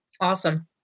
Awesome